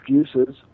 excuses